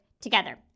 together